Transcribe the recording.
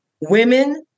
women